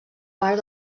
part